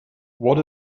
what